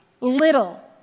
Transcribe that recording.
little